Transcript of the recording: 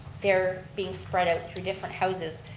they're being spread out through different houses,